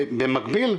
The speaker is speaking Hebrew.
במקביל,